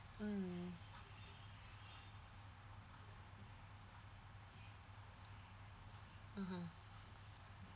mm mm